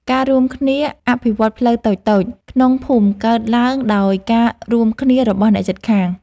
ការរួមគ្នាអភិវឌ្ឍផ្លូវតូចៗក្នុងភូមិកើតឡើងដោយការរួមគ្នារបស់អ្នកជិតខាង។